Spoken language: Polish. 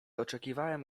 oczekiwałem